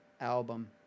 album